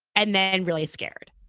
and then really scared.